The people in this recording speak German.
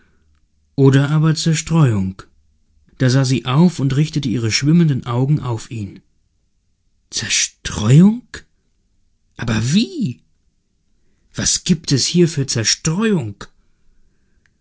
oder aber zerstreuung da sah sie auf und richtete ihre schwimmenden augen auf ihn zerstreuung aber wie was gibt es hier für zerstreuung